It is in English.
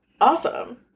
awesome